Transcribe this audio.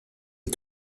est